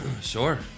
Sure